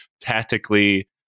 tactically